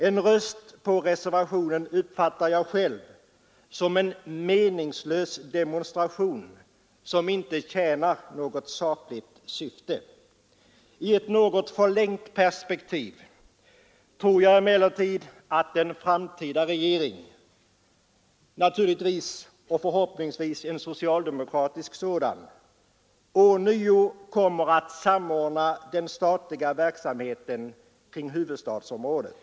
En röst på reservationen uppfattar jag själv såsom en meningslös demonstration, som inte tjänar något sakligt syfte. I ett något förlängt perspektiv tror jag emellertid att en framtida regering — naturligtvis hoppas jag en socialdemokratisk sådan — ånyo kommer att samordna de statliga verksamheterna till huvudstadsområdet.